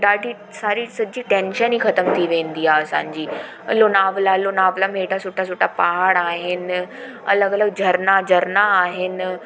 ॾाढी सारी सॼी टैंशन ही ख़तम थी वेंदी आ्हे असांजी लोनावला लोनावला में हेॾा सुठा सुठा पाहाड़ आहिनि अलॻि अलॻि झरना झरना आहिनि